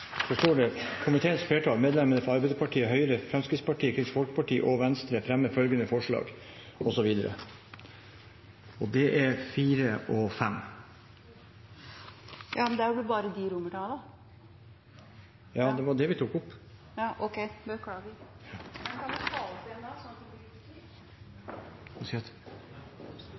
står det: «Komiteens flertall, medlemmene fra Arbeiderpartiet, Høyre, Fremskrittspartiet, Kristelig Folkeparti og Venstre, fremmer følgende forslag:» osv. Det er IV og V. Ja, det er vel bare IV og V? Ja, og det var det vi tok opp til votering. Ja, ok – jeg beklager! Men kan vi ta dette opp